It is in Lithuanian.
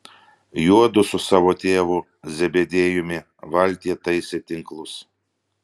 juodu su savo tėvu zebediejumi valtyje taisė tinklus